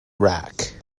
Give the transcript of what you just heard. rack